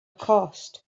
cost